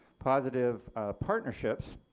positive partnerships.